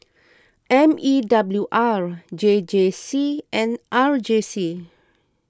M E W R J J C and R J C